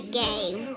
game